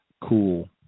cool